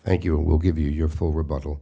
thank you will give you your full rebuttal